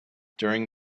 during